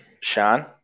Sean